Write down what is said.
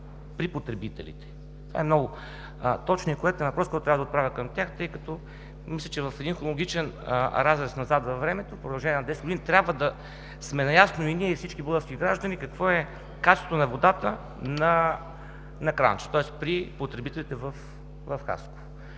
При потребителите! Това е точният и коректен въпрос, който трябва да отправя към тях, тъй като мисля, че в един хронологичен разрез назад във времето в продължение на десет години трябва да сме наясно и ние, и всички български граждани, какво е качеството на водата на кранчето, тоест при потребителите в Хасково.